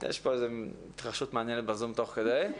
יש פה איזה התרחשות מעניינת בזום תוך כדי.